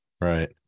right